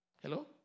Hello